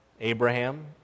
Abraham